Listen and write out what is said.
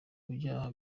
byaha